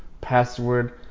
password